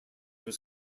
was